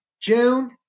June